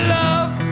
love